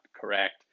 correct